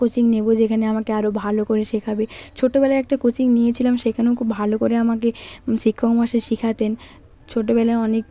coaching নেব যেখানে আমাকে আরও ভালো করে শেখাবে ছোটোবেলায় একটা কোচিং নিয়েছিলাম সেখানেও খুব ভালো করে আমাকে শিক্ষক মশাই শিখাতেন ছোটোবেলায় অনেক